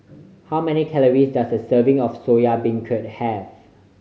how many calories does a serving of Soya Beancurd have